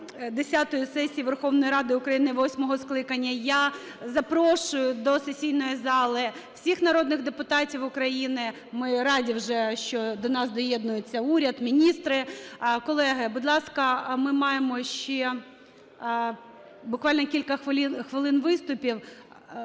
сесії Верховної Ради України восьмого скликання. Я запрошую до сесійної зали всіх народних депутатів України. Ми раді вже, що до нас доєднується уряд, міністри. Колеги, будь ласка, ми маємо ще буквально хвилин виступів.